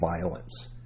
violence